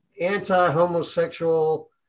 anti-homosexual